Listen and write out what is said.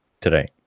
today